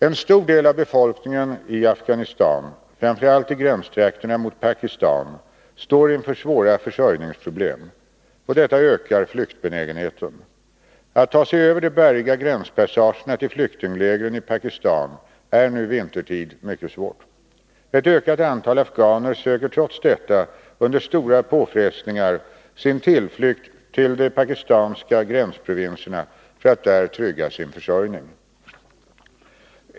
En stor del av befolkningen i Afghanistan, framför allt i gränstrakterna mot Pakistan, står inför svåra försörjningsproblem. Detta ökar flyktbenägenheten. Att ta sig över de bergiga gränspassagerna till flyktinglägren i Pakistan är nu vintertid mycket svårt. Ett ökat antal afghaner söker trots detta under stora påfrestningar sin tillflykt till de pakistanska gränsprovin serna för att där trygga sin försörjning.